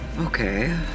Okay